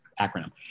acronym